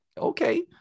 Okay